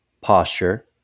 posture